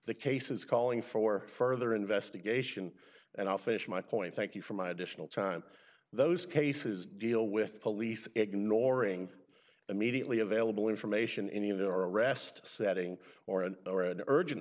the cases calling for further investigation and i'll finish my point thank you for my additional time those cases deal with police ignoring immediately available information any of their arrest setting or an already urgent